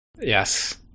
Yes